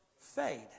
fade